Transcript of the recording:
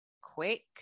quick